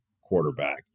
quarterback